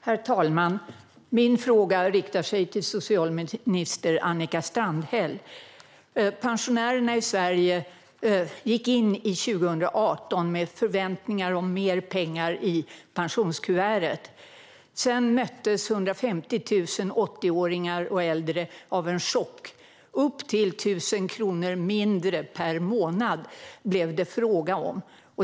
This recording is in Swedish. Herr talman! Min fråga riktar sig till socialminister Annika Strandhäll. Pensionärerna i Sverige gick in i 2018 med förväntningar om mer pengar i pensionskuvertet. Sedan möttes 150 000 80-åringar och äldre av en chock: Upp till 1 000 kronor mindre per månad blev det fråga om.